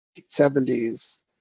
1970s